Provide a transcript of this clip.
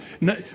No